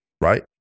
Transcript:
right